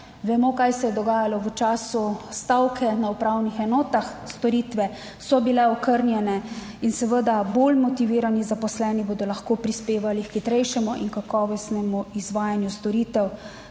Vemo kaj se je dogajalo v času stavke na upravnih enotah. Storitve so bile okrnjene in seveda bolj motivirani zaposleni bodo lahko prispevali k hitrejšemu in kakovostnemu izvajanju storitev.